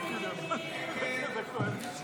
58